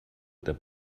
der